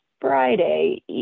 Friday